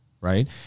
Right